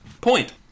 Point